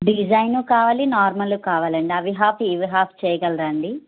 design కావాలి normal కావాలండి అవి హాఫ్ ఇవి హాఫ్ చేయగలరా అండి